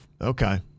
okay